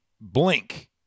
blink